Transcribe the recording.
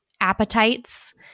appetites